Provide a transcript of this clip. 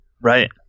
Right